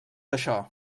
això